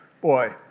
Boy